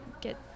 get